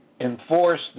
enforce